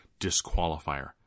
disqualifier